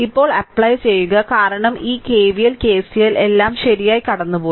ഇപ്പോൾ അപ്ലൈ ചെയുക കാരണം ഈ KVL KCL എല്ലാം ശരിയായി കടന്നുപോയി